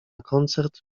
koncert